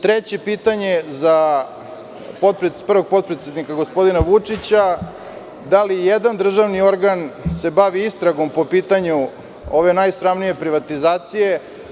Treće pitanje je za prvog potpredsednika, gospodina Vučića – da li se ijedan državni organ bavi istragom po pitanju ove najsramnije privatizacije?